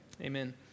Amen